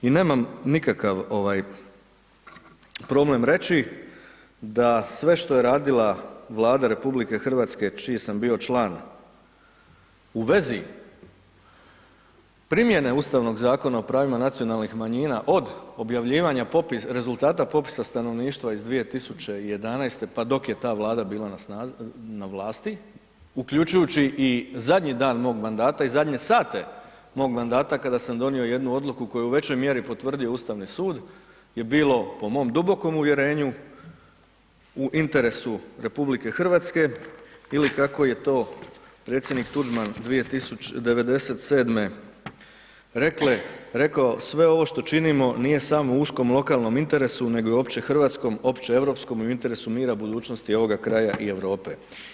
I nemam nikakav problem reći da sve što je radila Vlada RH čiji sam bio član u vezi primjene Ustavnog zakona o pravima nacionalnih manjina od objavljivanja rezultata popisa stanovništva iz 2011. pa dok je ta Vlada bila na vlasti uključujući i zadnji dan mog mandata i zadnje sate mog mandata kada sam donio jednu odluku koju je u većoj mjeri potvrdio Ustavni sud je bilo po mom dubokom uvjerenju u interesu RH ili kako je to predsjednik Tuđman 1997. rekao: „Sve ovo što činimo nije samo u uskom lokalnom interesu nego i opće hrvatskom, opće europskom i u interesu mira, budućnosti ovoga kraja i Europe.